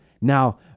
Now